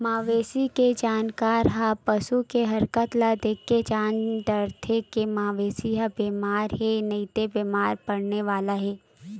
मवेशी के जानकार ह पसू के हरकत ल देखके जान डारथे के मवेशी ह बेमार हे नइते बेमार परने वाला हे